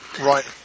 Right